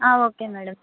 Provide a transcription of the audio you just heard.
okay madam